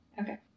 Okay